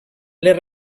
les